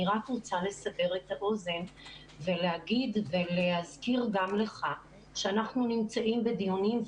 אני רק רוצה לסבר את האוזן ולהגיד ולהזכיר גם לך שאנחנו נמצאים בדיונים,